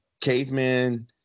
Cavemen